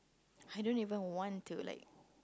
I don't even want to like